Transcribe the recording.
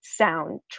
soundtrack